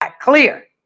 clear